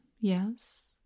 yes